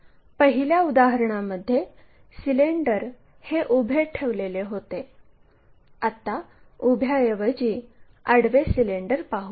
पहिल्या उदाहरणामध्ये सिलेंडर हे उभे ठेवलेले होते आता उभ्याऐवजी आडवे सिलेंडर पाहू